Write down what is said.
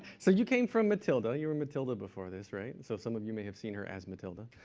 so you came from matilda. you were in matilda before this, right, and so some of you may have seen her as matilda.